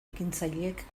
ekintzailek